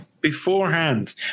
beforehand